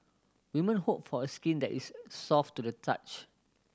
women hope for skin that is soft to the touch